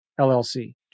LLC